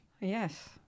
yes